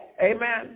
amen